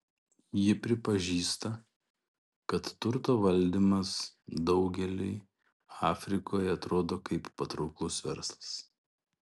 ji pripažįsta kad turto valdymas daugeliui afrikoje atrodo kaip patrauklus verslas